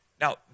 Now